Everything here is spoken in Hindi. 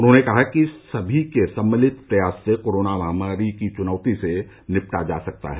उन्होंने कहा कि सभी के सम्मिलित प्रयास से कोरोना महामारी की चुनौती से निपटा जा सकता है